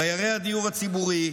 דיירי הדיור הציבורי,